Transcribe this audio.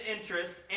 interest